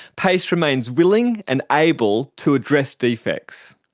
payce remains willing and able to address defects.